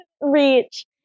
reach